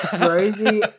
Rosie